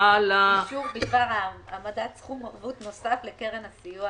אישור בדבר העמדת סכום ערבות נוסף לקרן הסיוע